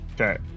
Okay